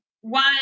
One